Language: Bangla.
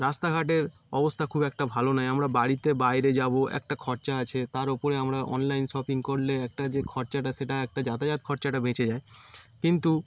রাস্তাঘাটের অবস্থা খুব একটা ভালো নয় আমরা বাড়িতে বাইরে যাবো একটা খরচা আছে তার ওপরে আমরা অনলাইন শপিং করলে একটা যে খরচাটা সেটা একটা যাতাযাত খরচাটা বেঁচে যায় কিন্তু